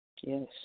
Yes